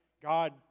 God